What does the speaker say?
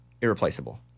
irreplaceable